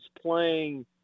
playing